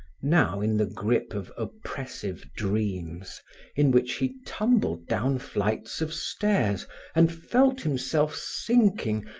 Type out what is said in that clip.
now in the grip of oppressive dreams in which he tumbled down flights of stairs and felt himself sinking,